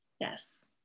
Yes